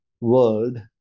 world